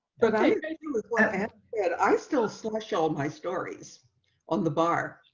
but i like yeah i still slash all my stories on the bar.